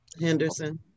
Henderson